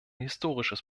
historisches